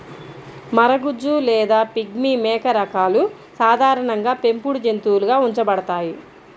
మరగుజ్జు లేదా పిగ్మీ మేక రకాలు సాధారణంగా పెంపుడు జంతువులుగా ఉంచబడతాయి